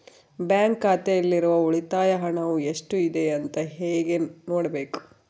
Bank ಖಾತೆಯಲ್ಲಿರುವ ಉಳಿತಾಯ ಹಣವು ಎಷ್ಟುಇದೆ ಅಂತ ಹೇಗೆ ನೋಡಬೇಕು?